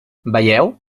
veieu